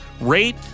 rate